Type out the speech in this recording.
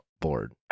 board